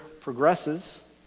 progresses